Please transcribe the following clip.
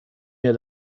mir